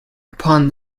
upon